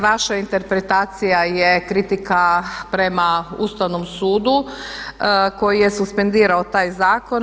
Vaša interpretacija je kritika prema Ustavnom sudu koji je suspendirao taj zakon.